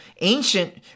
ancient